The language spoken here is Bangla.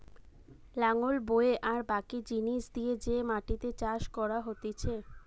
লাঙল বয়ে আর বাকি জিনিস দিয়ে যে মাটিতে চাষ করা হতিছে